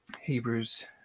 Hebrews